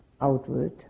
outward